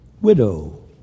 Widow